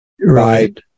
right